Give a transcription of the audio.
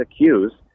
accused